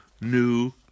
new